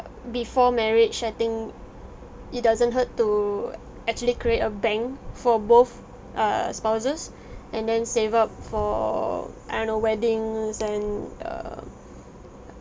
before marriage I think it doesn't hurt to actually create a bank for both err spouses and then save up for I don't know weddings and err